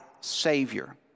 Savior